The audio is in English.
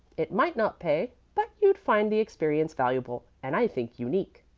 it might not pay, but you'd find the experience valuable, and i think unique.